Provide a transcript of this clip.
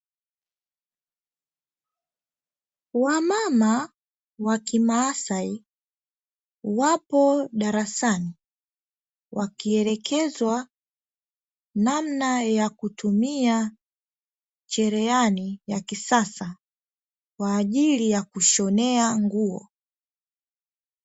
Wamama wa kimaasai wapo darasani wakielekezwa namna ya kutumia cherehani ya kisasa kwa ajili ya kushonea nguo.